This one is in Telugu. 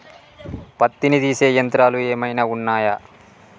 పత్తిని తీసే యంత్రాలు ఏమైనా ఉన్నయా?